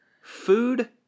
Food